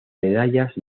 medallas